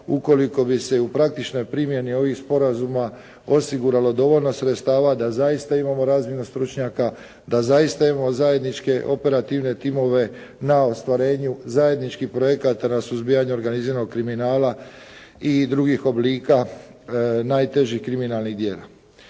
ukoliko bi se u praktičnoj primjeni ovih sporazuma osiguralo dovoljno sredstava da zaista imamo razmjenu stručnjaka, da zaista imamo zajedničke operativne timove na ostvarenju zajedničkih projekata na suzbijanju organiziranog kriminala i drugih oblika najtežih kriminalnih djela.